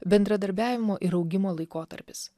bendradarbiavimo ir augimo laikotarpis